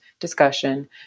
discussion